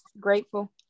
Grateful